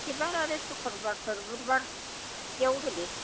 बिषथिबार आरो शुक्रबारफोर बुधबार बिदियाव होदो